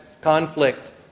conflict